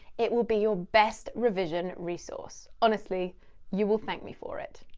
it will be your best revision resource, honestly you will thank me for it.